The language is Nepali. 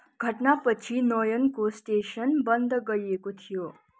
घटना पछि नोयोनको स्टेसन बन्द गरिएको थियो